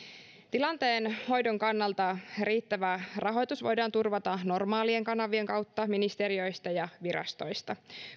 tilanteen hoidon kannalta voidaan turvata normaalien kanavien kautta ministeriöistä ja virastoista